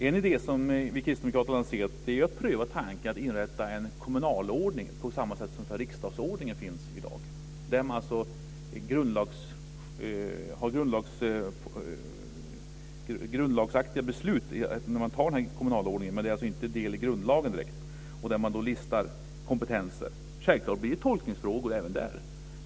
En idé som vi kristdemokrater lanserade är att pröva tanken att inrätta en kommunalordning på samma sätt som det finns en riksdagsordning, där man alltså har grundlagsaktiga beslut när man antar denna kommunalordning men att den inte direkt är del i grundlagen och där man listar kompetenser. Självklart blir det tolkningsfrågor även där.